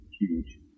huge